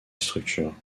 structure